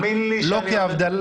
בסדר, תאמין לי שאני יודע.